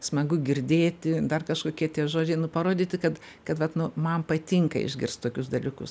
smagu girdėti dar kažkokie tie žodžiai nu parodyti kad kad vat nu man patinka išgirst tokius dalykus